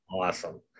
awesome